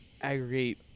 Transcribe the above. aggregate